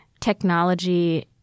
technology